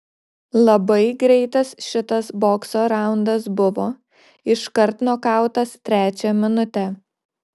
labai greitas šitas bokso raundas buvo iškart nokautas trečią minutę